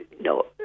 No